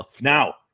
Now